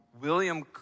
William